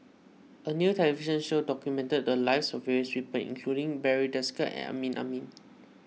a new television show documented the lives of various people including Barry Desker and Amrin Amin